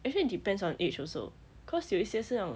actually depends on age also cause 有一些那种